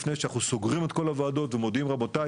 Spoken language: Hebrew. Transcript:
שנתיים שהם קופצים למים העמוקים וקונים דירה,